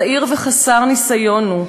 צעיר וחסר ניסיון הוא,